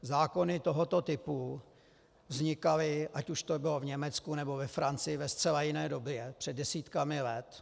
Zákony tohoto typu vznikaly, ať už to bylo v Německu, nebo ve Francii, ve zcela jiné době, před desítkami let.